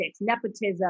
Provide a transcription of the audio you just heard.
nepotism